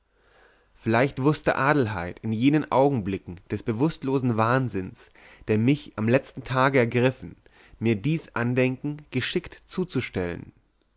vielleicht wußte adelheid in jenen augcnblicken des bewußtlosen wahnsinns der mich am letzten tage ergriffen mir dies andenken geschickt zuzustellen